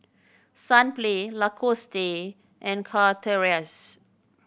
Sunplay Lacoste and Chateraise